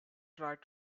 tried